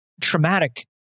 traumatic